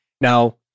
Now